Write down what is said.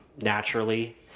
naturally